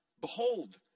behold